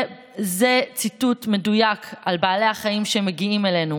זה ציטוט מדויק על בעלי החיים שמגיעים אלינו,